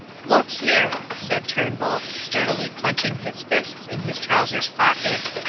look here, said turnbull, sturdily clenching his fists in his trousers pockets,